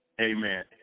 Amen